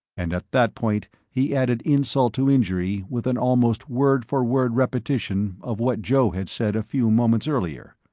and at that point he added insult to injury with an almost word for word repetition of what joe had said a few moments earlier.